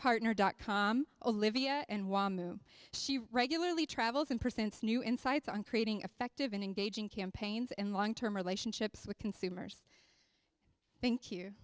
partner dot com olivia and she regularly travels in percents new insights on creating affective and engaging campaigns in long term relationships with consumers thank you